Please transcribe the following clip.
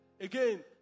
Again